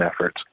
efforts